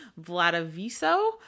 Vladaviso